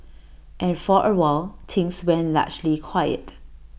and for awhile things went largely quiet